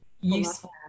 useful